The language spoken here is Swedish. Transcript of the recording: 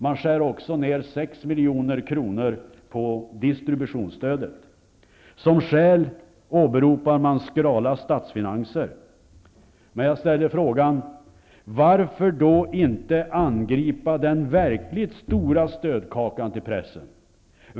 Man skär också ned distributionsstödet med 6 milj.kr. Som skäl åberopar man skrala statsfinanser. Men varför då inte angripa den verkligt stora stödkaka som går till pressen?